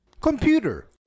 Computer